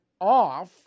off